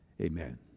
Amen